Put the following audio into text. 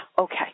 okay